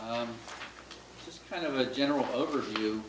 just kind of a general overview